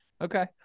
Okay